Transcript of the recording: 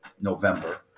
November